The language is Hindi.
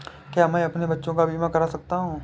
क्या मैं अपने बच्चों का बीमा करा सकता हूँ?